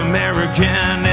American